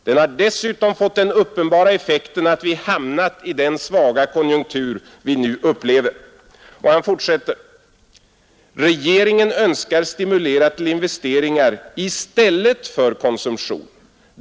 Den har dessutom fått den uppenbara effekten att vi hamnat i den svaga konjunktur vi nu upplever.” Och han fortsätter: ”——— regeringen önskar stimulera till investeringar i stället för konsumtion.